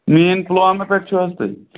main Pulwama پٮ۪ٹھ چھُو حظ تُہۍ